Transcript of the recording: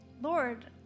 lord